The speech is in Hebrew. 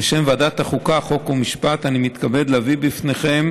בשם ועדת החוקה, חוק ומשפט אני מתכבד להביא בפניכם